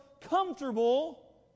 comfortable